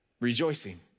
rejoicing